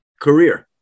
career